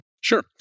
Sure